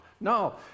No